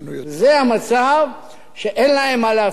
זה המצב שאין להם מה להפסיד.